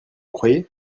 croyez